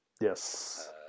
Yes